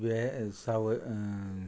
कुळ्या सावय